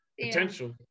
potential